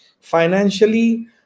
Financially